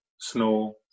snow